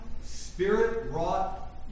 Spirit-wrought